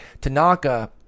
Tanaka